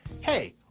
Hey